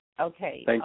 Okay